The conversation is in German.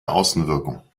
außenwirkung